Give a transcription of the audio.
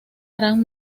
harán